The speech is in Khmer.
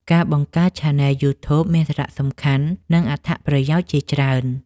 ការបង្កើតឆានែលយូធូបមានសារៈសំខាន់ និងអត្ថប្រយោជន៍ជាច្រើន។